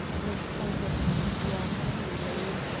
responded dubois coolly.